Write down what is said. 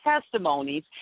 testimonies